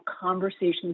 conversations